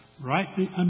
rightly